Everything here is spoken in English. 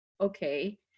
okay